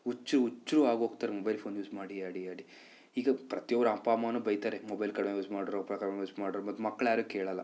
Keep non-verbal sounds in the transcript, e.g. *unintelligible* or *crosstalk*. ಹುಚ್ಚು ಹುಚ್ರು ಆಗೋಗ್ತಾರೆ ಮೊಬೈಲ್ ಫೋನ್ ಯೂಸ್ ಮಾಡಿ ಆಡಿ ಆಡಿ ಈಗ ಪ್ರತಿ ಅವ್ರ ಅಪ್ಪ ಅಮ್ಮನು ಬೈತಾರೆ ಮೊಬೈಲ್ ಕಡಿಮೆ ಯೂಸ್ ಮಾಡಿರೋ *unintelligible* ಯೂಸ್ ಮಾಡಿರೋ ಮತ್ತೆ ಮಕ್ಳು ಯಾರೂ ಕೇಳೋಲ್ಲ